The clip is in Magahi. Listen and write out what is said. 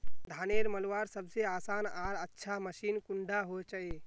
धानेर मलवार सबसे आसान आर अच्छा मशीन कुन डा होचए?